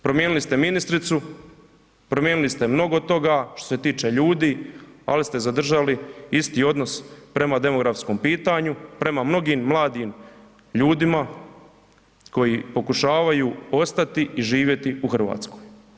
Promijenili ste ministricu, promijenili ste mnogo toga što se tiče ljudi, ali ste zadržali isti odnos prema demografskom pitanju, prema mnogim mladim ljudima koji pokušavaju ostati i živjeti u Hrvatskoj.